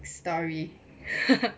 story